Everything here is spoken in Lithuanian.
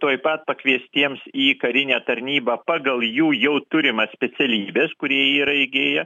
tuoj pat pakviestiems į karinę tarnybą pagal jų jau turimas specialybes kurie yra įgiję